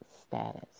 status